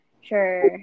sure